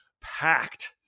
packed